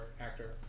Actor